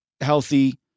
healthy